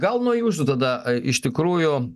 gal nuo jūsų tada iš tikrųjų